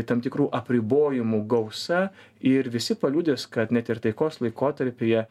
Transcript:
tam tikrų apribojimų gausa ir visi paliudys kad net ir taikos laikotarpyje